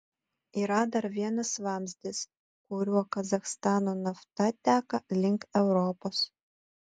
yra dar vienas vamzdis kuriuo kazachstano nafta teka link europos